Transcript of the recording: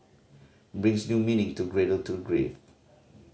brings new meaning to cradle to grave